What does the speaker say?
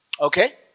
Okay